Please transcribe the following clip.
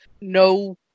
no